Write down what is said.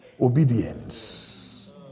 obedience